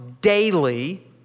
daily